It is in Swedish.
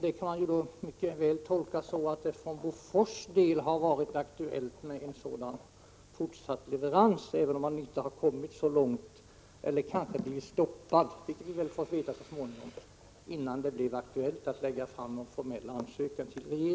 Det kan ju mycket väl tolkas så, att det för Bofors del har varit aktuellt med en sådan fortsatt leverans, även om man inte kommit så långt som till en ansökan till regeringen — man kanske har blivit stoppad innan det blev aktuellt att lägga fram en sådan ansökan.